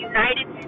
United